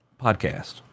podcast